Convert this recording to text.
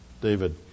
David